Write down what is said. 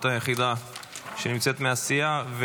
את היחידה שנמצאת מהסיעה.